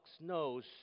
knows